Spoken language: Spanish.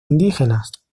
indígenas